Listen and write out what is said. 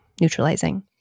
neutralizing